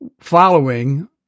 following